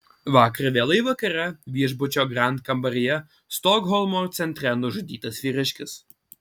vakar vėlai vakare viešbučio grand kambaryje stokholmo centre nužudytas vyriškis